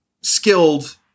skilled